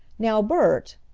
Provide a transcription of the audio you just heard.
now, bert,